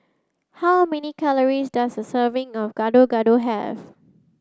how many calories does a serving of Gado Gado have